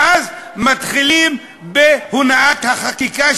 ואז מתחילים בהונאת החקיקה,